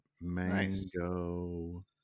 Mango